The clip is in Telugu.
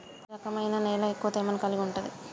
ఏ రకమైన నేల ఎక్కువ తేమను కలిగుంటది?